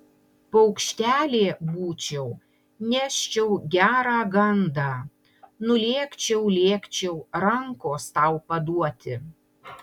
paukštelė būčiau neščiau gerą gandą nulėkčiau lėkčiau rankos tau paduoti